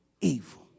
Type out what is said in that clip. evil